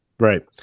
Right